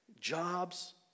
jobs